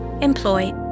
employ